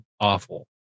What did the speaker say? awful